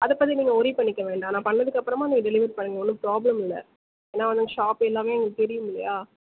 அதை பற்றி நீங்கள் வொர்ரி பண்ணிக்க வேணாம் நான் பண்ணதுக்கப்புறமா நீங்கள் டெலிவெரி பண்ணிடுங்க ஒன்றும் ப்ராப்ளம் இல்லை ஏன்னா ஷாப் எல்லாம் எங்களுக்கு தெரியும் இல்லையா